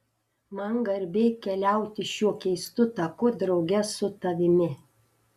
man garbė keliauti šiuo keistu taku drauge su tavimi